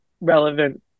relevant